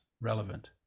relevant